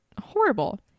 horrible